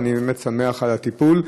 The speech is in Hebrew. ואני באמת שמח על הטיפול.